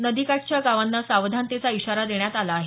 नदी काठच्या गावांना सावधानतेचा इशारा देण्यात आला आहे